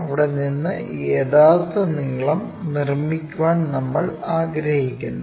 അവിടെ നിന്ന് ഈ യഥാർത്ഥ നീളം നിർമ്മിക്കാൻ നമ്മൾ ആഗ്രഹിക്കുന്നു